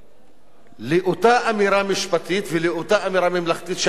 לאותה אמירה משפטית ולאותה אמירה ממלכתית שהיתה ב-1956,